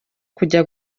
kujya